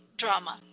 drama